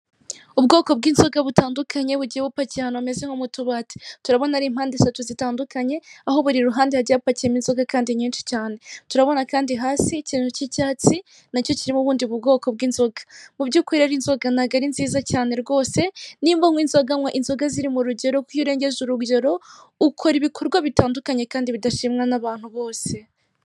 Ubwoko bw'inzoga butandukanye bugiye bupakiye ahantu hameze nko mu tubati, turabona ari impande zose zitandukanye aho buri ruhande hagiye hapakiyemo inzoga kandi nyinshi cyane, turabona kandi hasi ikintu cy'icyatsi nacyo kirimo ubundi bwoko bw'inzoga mubyukuri ari inzoga ntabwo ari nziza cyane kandi bidashimwa n'abantu bose.